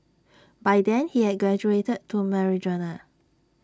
by then he had graduated to marijuana